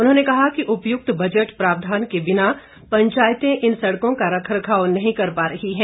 उन्होंने कहा कि उपयुक्त बजट प्रावधान के बिना पंचायतें इन सड़कों का रख रखाव नहीं कर पा रही है